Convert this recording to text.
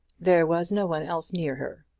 there was no one else near her,